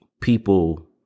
people